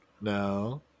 No